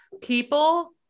people